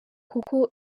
kuko